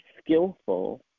skillful